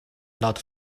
not